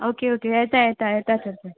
okay okay येता येता येता